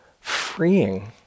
freeing